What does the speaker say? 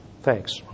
Thanks